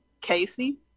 Casey